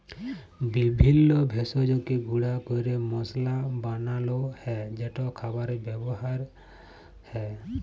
বিভিল্য ভেষজকে গুঁড়া ক্যরে মশলা বানালো হ্যয় যেট খাবারে ব্যাবহার হ্যয়